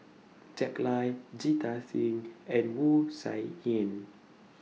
Jack Lai Jita Singh and Wu Tsai Yen